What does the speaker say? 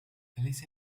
أليس